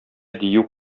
дию